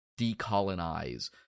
decolonize